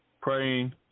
praying